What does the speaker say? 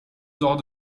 dors